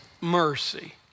mercy